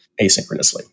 asynchronously